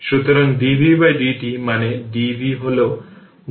সুতরাং dvdt মানে dv হবে 1cidt